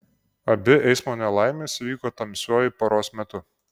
abi eismo nelaimės įvyko tamsiuoju paros metu